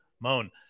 Moan